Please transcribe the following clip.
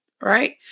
right